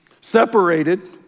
separated